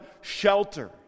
shelter